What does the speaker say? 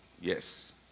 yes